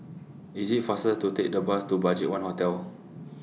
IT IS faster to Take The Bus to BudgetOne Hotel